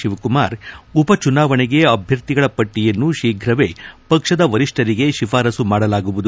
ಶಿವಕುಮಾರ್ ಉಪಚುನಾವಣೆಗೆ ಅಭ್ಯರ್ಥಿಗಳ ಪಟ್ಟಯನ್ನು ಶೀಘವೇ ಪಕ್ಷದ ವರಿಷ್ಠರಿಗೆ ಶಿಫಾರಸು ಮಾಡಲಾಗುವುದು